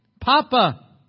papa